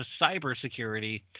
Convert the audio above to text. Cybersecurity